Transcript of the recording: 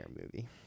movie